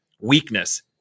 Weakness